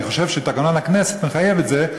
אני חושב שתקנון הכנסת מחייב את זה,